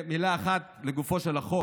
מילה אחת לגופו של החוק,